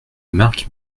marc